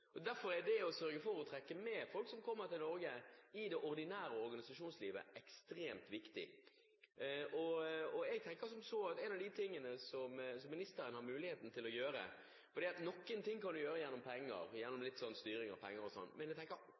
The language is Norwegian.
Derfor er det å sørge for å trekke med folk som kommer til Norge, inn i det ordinære organisasjonslivet ekstremt viktig. Jeg tenker som så at noe av det som ministeren har mulighet til å gjøre, kan gjøres med penger, gjennom litt styring av penger og sånn. Men jeg tenker